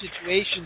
situations